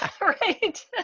Right